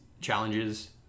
challenges